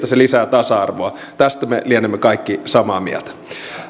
se lisää tasa arvoa tästä me lienemme kaikki samaa mieltä